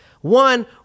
One